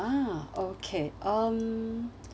ah okay um